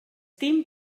dim